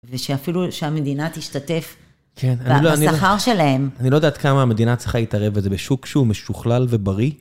ושאפילו שהמדינה תשתתף בשכר שלהם. אני לא יודע עד כמה המדינה צריכה להתערב בזה בשוק שהוא משוכלל ובריא